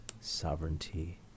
sovereignty